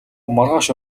маргааш